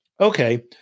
Okay